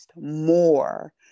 more